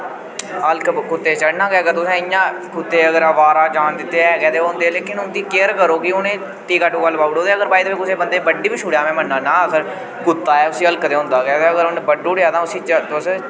हलक कुत्ते गी चढ़ना गै इयां अगर तुसें इयां कुत्ते गी अगर अवारा जान दित्ते हे गे ते लेकिन उं'दी केयर करो कि उनें टीका टूका लोआई उड़ो ते अगर वाई दफा कुसै बन्दे दी बड्डी छुड़ेआ में मन्ना'रना अगर कुत्ता ऐ उसी हलक ते होंदा गै ऐ अगर उन्नै बड्डू ओड़ेआ तां उसी तुस